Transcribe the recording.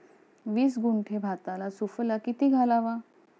वीस गुंठे भाताला सुफला किती घालावा?